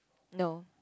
no